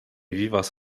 vivas